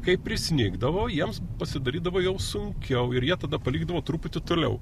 kai prisnigdavo jiems pasidarydavo jau sunkiau ir jie tada palikdavo truputį toliau